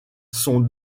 son